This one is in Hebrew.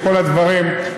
וכל הדברים.